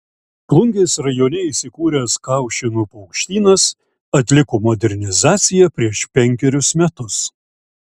plungės rajone įsikūręs kaušėnų paukštynas atliko modernizaciją prieš penkerius metus